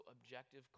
objective